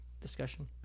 discussion